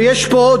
ויש פה עוד,